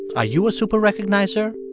ah you a super-recognizer?